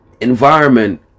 environment